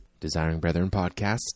DesiringBrethrenPodcast